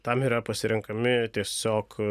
tam yra pasirenkami tiesiog